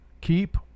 keep